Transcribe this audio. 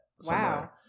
Wow